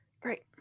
Great